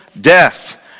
death